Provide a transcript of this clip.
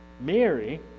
Mary